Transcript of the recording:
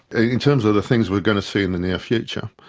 ah in terms of the things we're going to see in the near future,